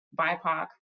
BIPOC